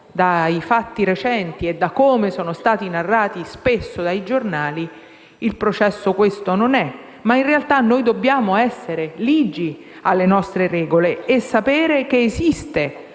dai fatti recenti e da come spesso sono stati narrati dai giornali, emerge che il processo questo non è, ma in realtà noi dobbiamo essere ligi alle nostre regole e sapere che esiste,